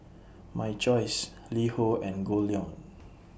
My Choice LiHo and Goldlion